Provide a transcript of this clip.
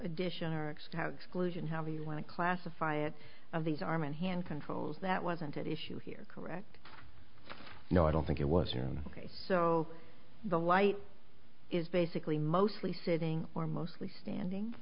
addition or exclusion when i classify it of these arm and hand controls that wasn't at issue here correct no i don't think it was soon so the light is basically mostly sitting or mostly standing